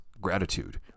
Gratitude